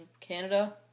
Canada